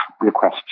requests